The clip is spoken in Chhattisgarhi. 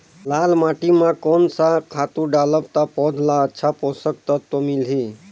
लाल माटी मां कोन सा खातु डालब ता पौध ला अच्छा पोषक तत्व मिलही?